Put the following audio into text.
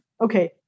okay